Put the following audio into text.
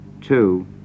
two